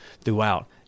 throughout